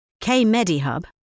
K-Medihub